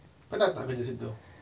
penat tak kerja situ